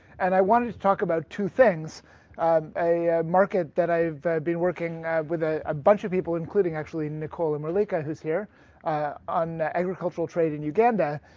and i wanted to talk about two things a market that i have been working with ah a bunch of people including, actually, nicole and malika, who's here on agricultural trade in uganda,